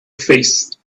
face